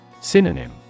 Synonym